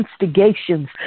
instigations